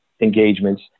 engagements